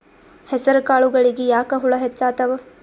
ಹೆಸರ ಕಾಳುಗಳಿಗಿ ಯಾಕ ಹುಳ ಹೆಚ್ಚಾತವ?